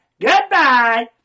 Goodbye